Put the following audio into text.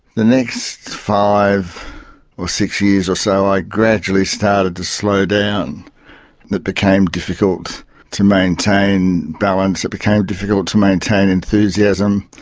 the next five or six years or so i gradually started to slow down and it became difficult to maintain balance, it became difficult to maintain enthusiasm.